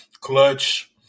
clutch